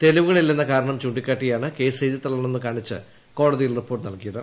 തെളിവുകൾ ഇല്ലെന്ന കാരണം ചൂണ്ടിക്കാട്ടിയാണ് കേസ് എഴുതിത്തള്ളണമെന്ന് കാണിച്ച് കോടതിയിൽ റിപ്പോർട്ട് നൽകിയത്